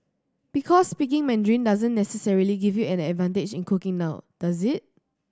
because speaking Mandarin doesn't necessarily give you an advantage in cooking now does it